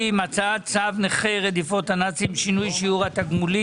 על סדר היום: הצעת תקנות נכי המלחמה בנאצים (טיפול רפואי) (תיקון),